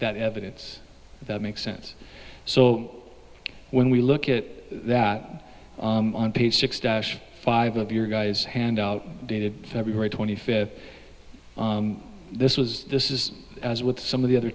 that evidence that makes sense so when we look at that on page sixty five of your guys hand out dated february twenty fifth this was this is as with some of the other